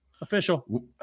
Official